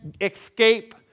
escape